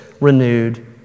renewed